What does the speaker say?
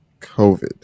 COVID